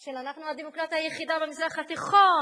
של אנחנו הדמוקרטיה היחידה במזרח התיכון,